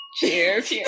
cheers